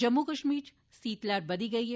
जम्मू कश्मीर च सीत लैहर बदी गेई ऐ